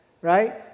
Right